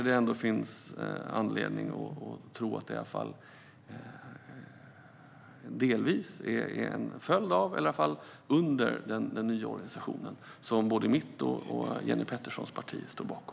Det kan finnas anledning att tro att det i alla fall delvis är tack vare den nya organisationen, som både mitt och Jenny Peterssons parti står bakom.